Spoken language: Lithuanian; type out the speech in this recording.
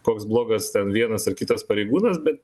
koks blogas ten vienas ar kitas pareigūnas bet